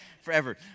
forever